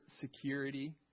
security